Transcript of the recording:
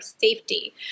safety